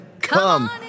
Come